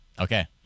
Okay